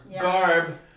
Garb